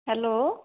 hello